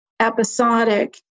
episodic